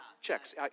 Checks